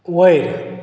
वयर